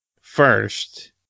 first